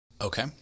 Okay